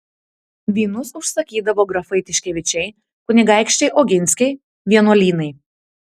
vynus užsakydavo grafai tiškevičiai kunigaikščiai oginskiai vienuolynai